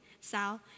Sal